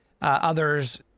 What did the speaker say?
others